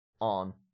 on